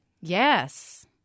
Yes